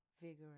vigorous